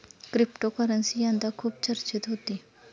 cryptocurrency यंदा खूप चर्चेत होती